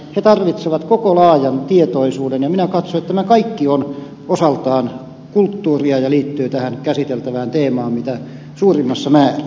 he tarvitsevat koko laajan tietoisuuden ja minä katson että tämä kaikki on osaltaan kulttuuria ja liittyy tähän käsiteltävään teemaan mitä suurimmassa määrin